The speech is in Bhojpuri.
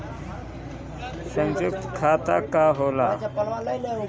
सयुक्त खाता का होला?